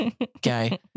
Okay